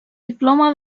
diploma